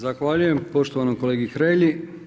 Zahvaljujem poštovanom kolegi Hrelji.